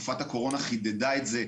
תקופת הקורונה חידדה את זה,